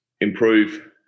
improve